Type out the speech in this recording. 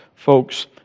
Folks